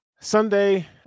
Sunday